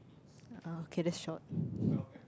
uh okay that's short